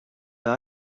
பிற